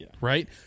right